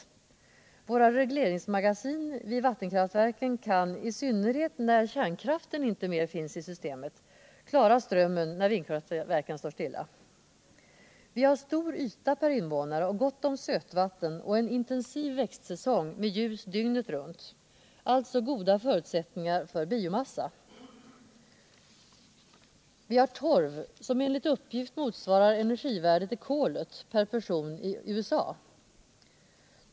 Våra regleringsmagasin vid vattenkraftverken kan, i synnerhet när kärnkraften inte mer finns i systemet, klara strömmen då vindkraftverken står stilla. Vi har också stor yta per invånare, gott om sötvatten och en intensiv växtsäsong med ljus dygnet runt, alltså goda förutsättningar för biomassa. Sverige har, enligt uppgift, torv som per person motsvarar energivärdet i kolet per person i USA.